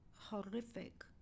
horrific